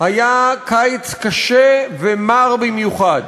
היה קיץ קשה ומר במיוחד.